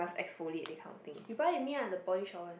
you buy with me lah the body shower